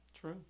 True